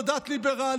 זו דת ליברלית,